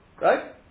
Right